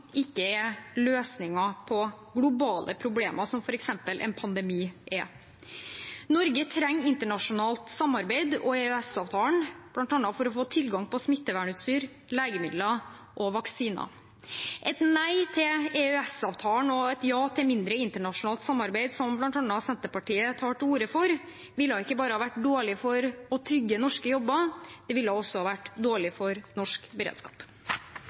ikke er løsningen på globale problemer som f.eks. en pandemi er. Norge trenger internasjonalt samarbeid og EØS-avtalen bl.a. for å få tilgang på smittevernutstyr, legemidler og vaksiner. Et nei til EØS-avtalen og et ja til mindre internasjonalt samarbeid, som bl.a. Senterpartiet tar til orde for, ville ikke bare vært dårlig når det gjelder å trygge norske jobber, det ville også være dårlig for norsk beredskap.